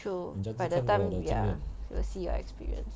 true by the time ya will see your experience